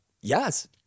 Yes